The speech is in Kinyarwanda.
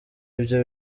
ibyo